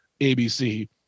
ABC